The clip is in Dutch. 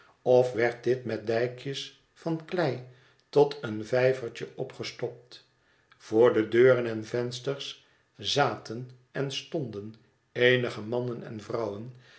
of werd dit metdijkjes vankleitoteenvijvertje opgestopt voor de deuren en vensters zaten en stonden eenige mannen en vrouwen